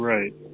Right